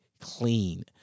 clean